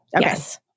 Yes